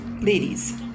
ladies